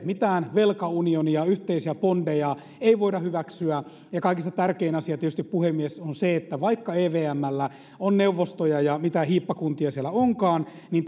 mitään velkaunionia yhteisiä bondeja ei voida hyväksyä ja kaikista tärkein asia tietysti puhemies on se että vaikka evmllä on neuvostoja ja mitä hiippakuntia siellä onkaan niin